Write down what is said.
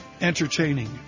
entertaining